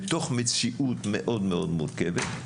בתוך מציאות מאוד מאוד מורכבת,